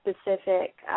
specific